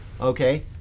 okay